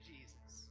Jesus